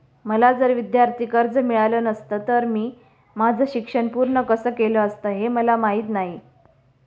मला जर विद्यार्थी कर्ज मिळालं नसतं तर मी माझं शिक्षण पूर्ण कसं केलं असतं, हे मला माहीत नाही